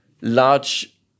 large